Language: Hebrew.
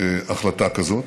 החלטה כזאת